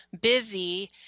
busy